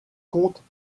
comptent